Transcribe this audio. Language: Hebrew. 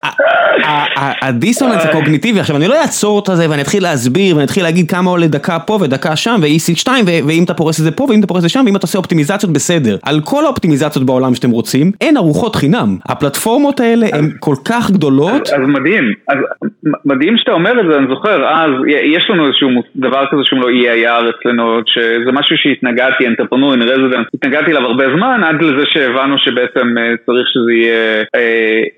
הדיסוננס הקוגניטיבי, עכשיו אני לא אעצור את זה ואני אתחיל להסביר ואני אתחיל להגיד כמה עולה דקה פה ודקה שם ו EC2 ואם אתה פורס את זה פה ואם אתה פורס את זה שם ואם אתה עושה אופטימיזציות בסדר, על כל האופטימיזציות בעולם שאתם רוצים אין ארוחות חינם, הפלטפורמות האלה הן כל כך גדולות. אז מדהים, מדהים שאתה אומר את זה, אני זוכר, אה, אז יש לנו איזשהו דבר כזה שקוראים לו EIR אצלנו, זה משהו שהתנגדתי, אנתרפנו, התנגדתי אליו הרבה זמן עד לזה שהבנו שבעצם צריך שזה יהיה,